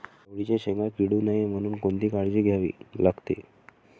चवळीच्या शेंगा किडू नये म्हणून कोणती काळजी घ्यावी लागते?